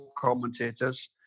commentators